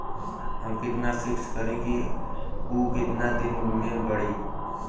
हम कितना फिक्स करी और ऊ कितना दिन में बड़ी?